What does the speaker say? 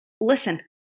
listen